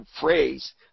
phrase